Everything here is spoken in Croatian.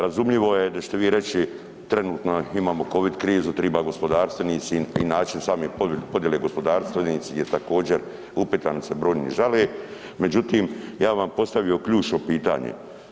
Razumljivo je da ćete vi reći trenutno imamo Covid krizu treba gospodarstvenicima i način sami podjele gospodarstvenici je također upitan jer se brojni žale, međutim ja bi vam postavio ključno pitanje.